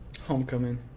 Homecoming